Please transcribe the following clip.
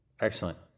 Excellent